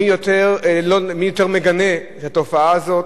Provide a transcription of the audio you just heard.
מי מגנה יותר את התופעה הזאת.